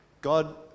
god